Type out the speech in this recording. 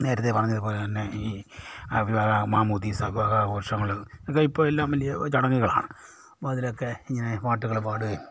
നേരത്തെ പറഞ്ഞതു പോലെ തന്നെ ഈ വിവാഹ മാമോദീസ വിവിധ ആഘോഷങ്ങൾ ഇത് ഇപ്പോൾ എല്ലാം വലിയ ചടങ്ങുകളാണ് അപ്പോൾ അതിലൊക്കെ ഇങ്ങനെ പാട്ടുകൾ പാടുകയും